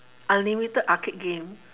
unlimited arcade game